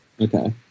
Okay